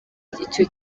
icyo